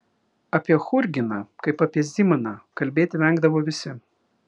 apie churginą kaip apie zimaną kalbėti vengdavo visi